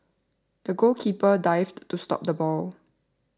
the goalkeeper dived to stop the ball